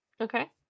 Okay